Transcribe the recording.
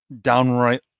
downright